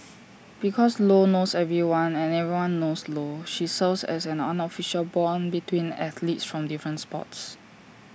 because lo knows everyone and everyone knows lo she serves as an unofficial Bond between athletes from different sports